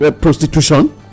prostitution